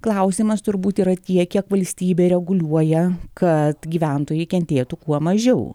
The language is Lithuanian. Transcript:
klausimas turbūt yra tiek kiek valstybė reguliuoja kad gyventojai kentėtų kuo mažiau